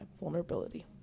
vulnerability